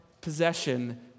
possession